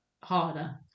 harder